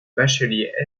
bachelier